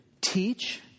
teach